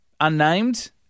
Unnamed